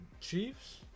Chiefs